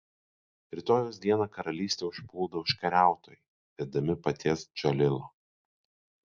rytojaus dieną karalystę užplūdo užkariautojai vedami paties džalilo